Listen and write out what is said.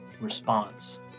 response